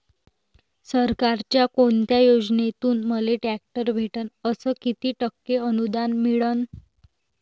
सरकारच्या कोनत्या योजनेतून मले ट्रॅक्टर भेटन अस किती टक्के अनुदान मिळन?